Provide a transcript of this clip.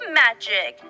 magic